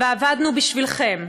ועבדנו בשבילכם.